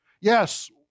Yes